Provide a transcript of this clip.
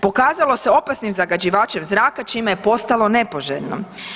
Pokazalo se opasnim zagađivačem zraka čime je postalo nepoželjno.